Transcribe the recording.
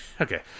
Okay